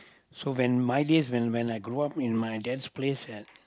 so when my dears when when I grow up in my that place at